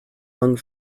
hung